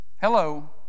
hello